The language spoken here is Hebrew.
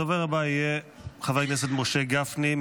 הדובר הבא יהיה חבר הכנסת משה גפני,